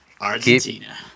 Argentina